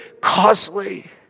costly